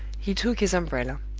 he took his umbrella.